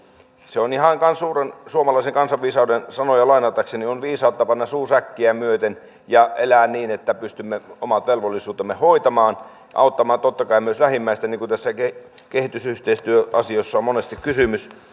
se on ihan ihan suuren suomalaisen kansanviisauden sanoja lainatakseni viisautta panna suu säkkiä myöten ja elää niin että pystymme omat velvollisuutemme hoitamaan ja auttamaan totta kai myös lähimmäistä niin kuin näissä kehitysyhteistyöasioissa on monesti kysymys